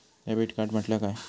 Debit card म्हटल्या काय?